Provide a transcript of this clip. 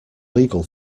legal